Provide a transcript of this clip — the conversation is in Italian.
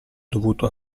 dovuto